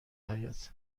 حیاط